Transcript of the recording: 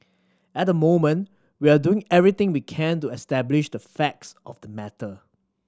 at the moment we are doing everything we can to establish the facts of the matter